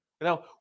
Now